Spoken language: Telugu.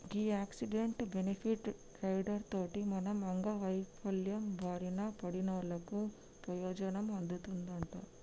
గీ యాక్సిడెంటు, బెనిఫిట్ రైడర్ తోటి మనం అంగవైవల్యం బారిన పడినోళ్ళకు పెయోజనం అందుతదంట